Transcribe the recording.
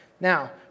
Now